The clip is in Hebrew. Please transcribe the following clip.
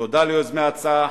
תודה ליוזמי ההצעה,